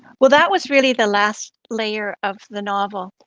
well, that was really the last layer of the novel,